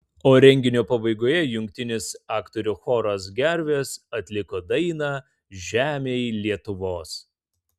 o renginio pabaigoje jungtinis aktorių choras gervės atliko dainą žemėj lietuvos